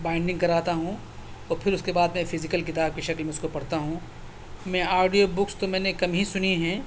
binding کراتا ہوں اور پھر اس کے بعد میں فزیکل کتاب کی شکل میں اس کو پڑھتا ہوں میں آڈیو بکس تو میں نے کم ہی سنی ہیں